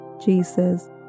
Jesus